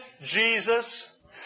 Jesus